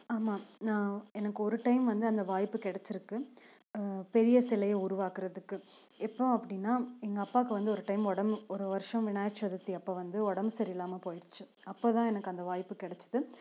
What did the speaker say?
ஆமாம் நான் எனக்கு ஒரு டைம் வந்து அந்த வாய்ப்பு கிடச்சிருக்கு பெரிய சிலையை உருவாக்கிறதுக்கு எப்போ அப்படீன்னா எங்கள் அப்பாக்கு வந்து ஒரு டைம் ஒரு வருடம் விநாயகர் சதுர்த்தி அப்போ வந்து உடம்பு சரி இல்லாமல் போயிடுச்சு அப்போ தான் எனக்கு அந்த வாய்ப்பு கிடச்சிது